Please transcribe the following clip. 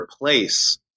replace